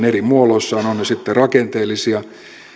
eri muodoissa ovat ne sitten rakenteellisia